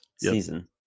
season